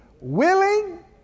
willing